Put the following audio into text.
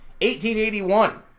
1881